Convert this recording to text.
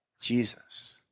Jesus